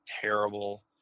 terrible